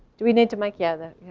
do we need to mic, yeah, that?